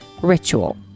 ritual